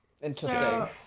Interesting